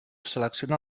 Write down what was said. selecciona